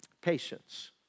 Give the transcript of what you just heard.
Patience